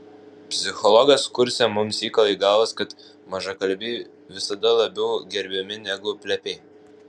psichologijos kurse mums įkala į galvas kad mažakalbiai visada labiau gerbiami negu plepiai